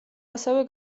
ასევე